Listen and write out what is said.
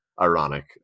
ironic